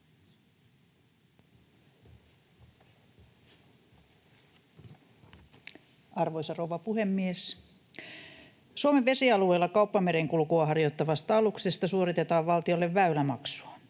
Arvoisa rouva puhemies! Suomen vesialueilla kauppamerenkulkua harjoittavasta aluksesta suoritetaan valtiolle väylämaksua,